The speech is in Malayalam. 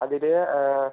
അതിൽ